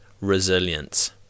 resilience